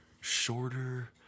shorter